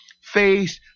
Faith